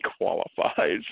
qualifies